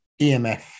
EMF